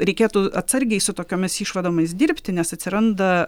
reikėtų atsargiai su tokiomis išvadomis dirbti nes atsiranda